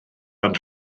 ond